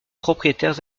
propriétaires